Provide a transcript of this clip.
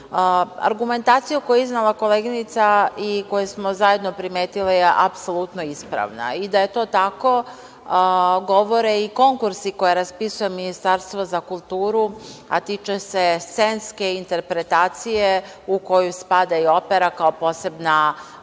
pogrešili. Argumentacija koju je iznela koleginica i koju smo zajedno primetile je apsolutno ispravna. Da je to tako, govore i konkursi koje raspisuje Ministarstvo za kulturu, a tiče se scenske interpretacije u koju spada i opera, kao posebna